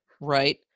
right